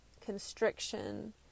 constriction